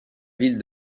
ville